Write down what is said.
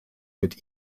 mit